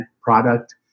product